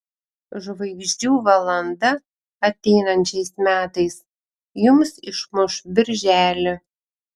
žvaigždžių valanda ateinančiais metais jums išmuš birželį